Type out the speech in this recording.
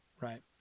right